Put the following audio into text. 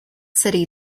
city